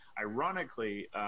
Ironically